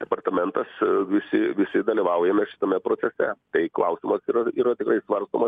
departamentas visi visi dalyvaujame šitame procese tai klausimas yra yra tikrai svarstomas